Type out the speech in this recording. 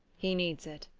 he needs it.